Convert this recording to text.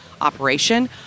operation